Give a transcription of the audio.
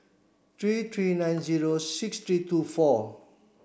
three three nine zero six three two four